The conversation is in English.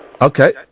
Okay